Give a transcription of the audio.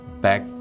back